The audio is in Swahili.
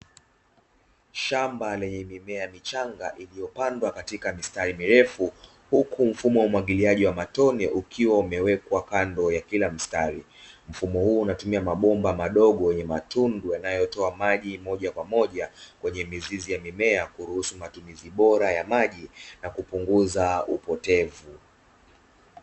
Shamba lenye mimea michanga iliyopandwa katika mistari mirefu, huku mfumo wa umwagiliaji wa matone ukiwa umewekwa kando ya kila mstari, mfumo huu unatumia mabomba mdogo yenye matundu yanayotoa maji moja kwa moja kwenye mizizi ya mimea, kuruhusu matumizi bora ya maji na kupunguza upotevu.